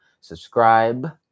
subscribe